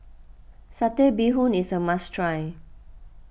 Satay Bee Hoon is a must try